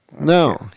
No